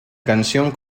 canción